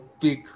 big